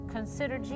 Consider